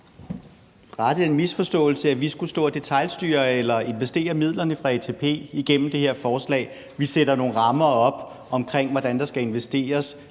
rette den misforståelse, at vi skulle stå og detailstyre eller investere midlerne fra ATP igennem det her forslag. Vi sætter nogle rammer op for, hvordan der skal investeres.